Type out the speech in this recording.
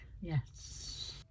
yes